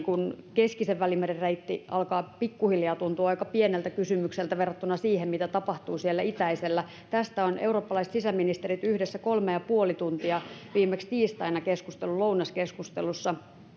keskisen välimeren reitti alkaa pikkuhiljaa tuntua aika pieneltä kysymykseltä verrattuna siihen mitä tapahtuu itäisellä tästä ovat eurooppalaiset sisäministerit yhdessä kolme ja puoli tuntia viimeksi tiistaina keskustelleet lounaskeskustelussa